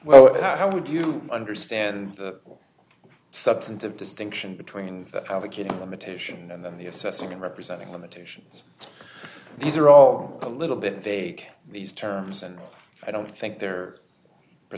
well how would you understand the substantive distinction between advocating limitation and then the assessing and representing limitations these are all a little bit vague these terms and i don't think they're pre